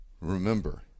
Remember